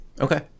okay